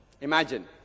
Imagine